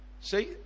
See